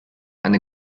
eine